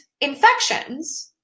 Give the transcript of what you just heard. infections